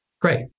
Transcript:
great